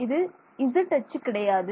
இது z அச்சு கிடையாது